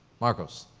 marcus,